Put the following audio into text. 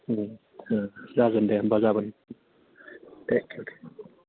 जागोन दे होनबा गाबोन थेंक इउ दे